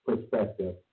perspective